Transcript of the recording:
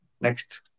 Next